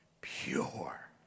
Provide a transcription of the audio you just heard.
pure